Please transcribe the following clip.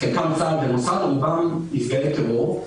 רובם נפגעי טרור.